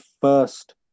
first